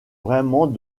vraiment